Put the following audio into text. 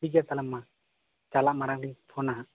ᱴᱷᱤᱠ ᱜᱮᱭᱟ ᱛᱟᱦᱚᱞᱮ ᱢᱟ ᱪᱟᱞᱟᱜ ᱢᱟᱲᱟᱝ ᱨᱤᱧ ᱯᱷᱳᱱᱟ ᱦᱟᱜ